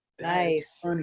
Nice